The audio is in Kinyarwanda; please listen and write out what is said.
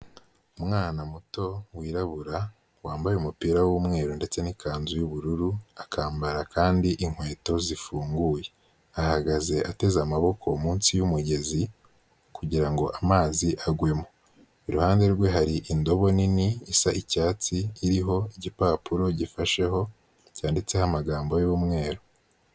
Umwana muto wirabura wambaye umupira w'umweru ndetse n'ikanzu y'ubururu akambara kandi inkweto zifunguye, ahagaze ateze amaboko munsi y'umugezi kugira ngo amazi agwemo, iruhande rwe hari indobo nini isa icyatsi iriho igipapuro gifasheho cyanditseho amagambo y'umweru.